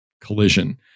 collision